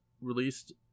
released